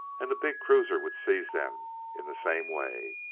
and the big cruiser would seize them in the same way.